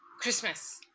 Christmas